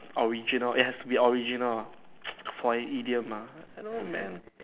original it has to be original ah for an idiom meh I know man